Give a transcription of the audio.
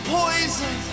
poison